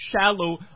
shallow